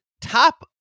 top